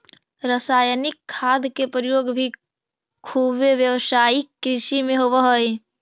रसायनिक खाद के प्रयोग भी खुबे व्यावसायिक कृषि में होवऽ हई